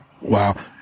Wow